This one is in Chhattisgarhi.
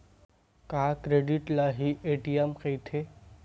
का क्रेडिट ल हि ए.टी.एम कहिथे?